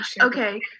Okay